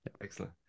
Excellent